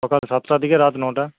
সকাল সাতটা থেকে রাত নটা